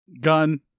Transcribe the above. gun